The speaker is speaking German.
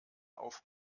auf